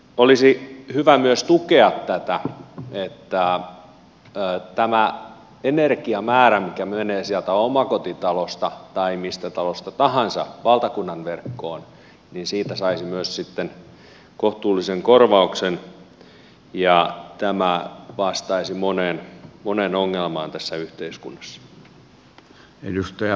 olisi hyvä myös tukea tätä että tästä energiamäärästä mikä menee sieltä omakotitalosta tai mistä talosta tahansa valtakunnanverkkoon saisi myös sitten kohtuullisen korvauksen ja tämä vastaisi moneen ongelmaan tässä yhteiskunnassa